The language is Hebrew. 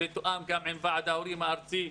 זה תואם גם עם ועד ההורים הארצי.